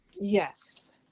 Yes